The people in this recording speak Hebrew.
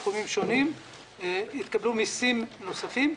בתחומים שונים והתקבלו מיסים נוספים.